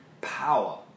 power